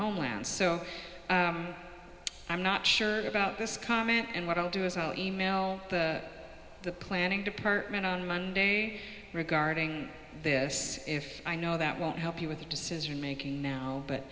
homeland so i'm not sure about this comment and what i'll do is i'll email the planning department on monday regarding this if i know that won't help you with the decision making now